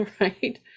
right